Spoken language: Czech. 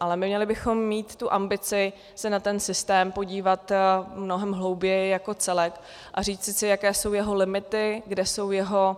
Ale měli bychom mít ambici se na ten systém podívat mnohem hlouběji jako na celek a říci si, jaké jsou jeho limity, kde jsou jeho